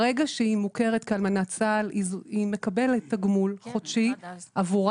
ברגע שהיא מוכרת כאלמנת צה"ל היא מקבלת תגמול חודשי עבורה